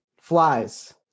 flies